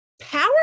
power